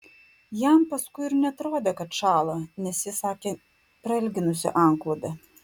jam paskui ir neatrodė kad šąla nes ji sakė prailginusi antklodę